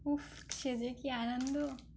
উফ সে যে কি আনন্দ